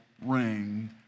ring